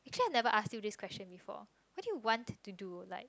actually I never ask you this question before what do you want to do like